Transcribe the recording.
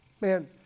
Man